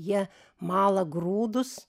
jie mala grūdus